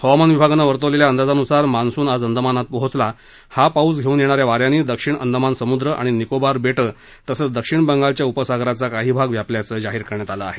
हवामान विभागानं वर्तवलेल्या अंदाजानुसार मान्सून आज अंदमानात पोहोचला हा पाऊस घेऊन येणा या वाऱ्यांनी दक्षिण अंदमान समुद्र आणि निकोबार बेटं तसंच दक्षिण बंगालच्या उपसागराचा काही भाग व्यापल्याचं जाहीर करण्यात आलं आहे